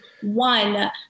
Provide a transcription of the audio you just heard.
One